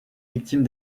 victime